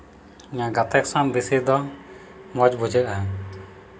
ᱜᱟᱛᱮ ᱠᱚ ᱥᱟᱶ ᱵᱮᱥᱤ ᱫᱚ ᱢᱚᱡᱽ ᱵᱩᱡᱷᱟᱹᱜᱼᱟ